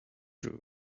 room